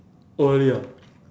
oh really ah